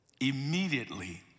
Immediately